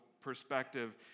Perspective